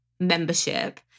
membership